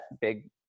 big